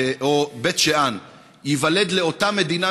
או בבית שאן ייוולד לאותה מדינה,